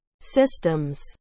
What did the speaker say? systems